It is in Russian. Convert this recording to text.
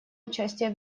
участие